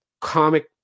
comic